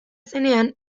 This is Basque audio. zenean